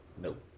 Nope